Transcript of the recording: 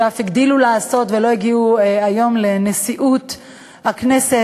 שאף הגדילו לעשות ולא הגיעו היום לנשיאות הכנסת,